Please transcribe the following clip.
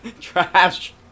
trash